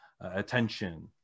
attention